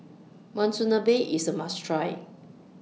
Monsunabe IS A must Try